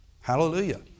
Hallelujah